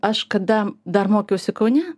aš kada dar mokiausi kaune